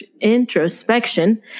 introspection